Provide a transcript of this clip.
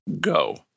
go